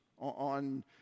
On